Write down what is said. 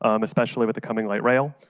um especially with the coming light rail.